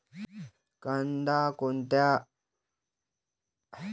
कांद्या कोनच्या हंगामात अस कोनच्या मईन्यात पेरावं?